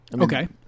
Okay